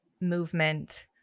movement